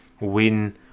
win